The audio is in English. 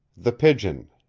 the pigeon.